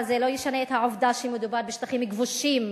אבל זה לא ישנה את העובדה שמדובר בשטחים כבושים.